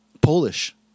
Polish